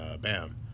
Bam